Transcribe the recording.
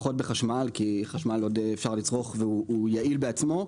פחות בחשמל כי חשמל עוד אפשר לצרוך והוא יעיל בעצמו,